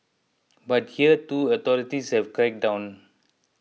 but here too authorities have cracked down